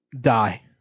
die